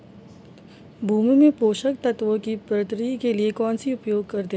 भूमि में पोषक तत्वों की पूर्ति के लिए कौनसा उपाय करते हैं?